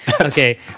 Okay